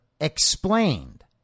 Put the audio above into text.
explained